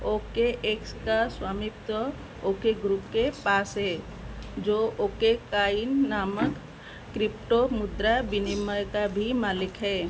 ओ K X का स्वामित्व O K group के पास है जो ओ के काइन नामक क्रिप्टो मुद्रा विनियमय का भी मालिक है